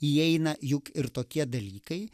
įeina juk ir tokie dalykai